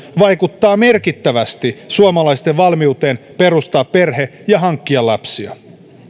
vaikuttaa merkittävästi suomalaisten valmiuteen perustaa perhe ja hankkia lapsia